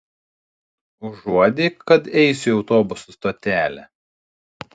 užuodei kad eisiu į autobusų stotelę